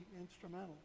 instrumental